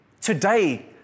Today